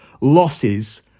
losses